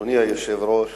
אדוני היושב-ראש,